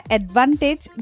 advantage